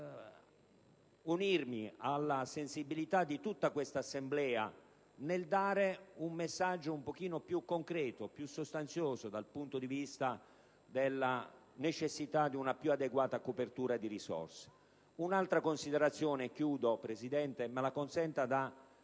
unirmi alla sensibilità di tutta l'Assemblea nel dare un segnale in un certo senso più concreto e sostanzioso dal punto di vista della necessità di una più adeguata copertura di risorse. Un'altra considerazione, Presidente, mi consenta di